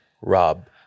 Rob